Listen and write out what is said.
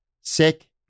sick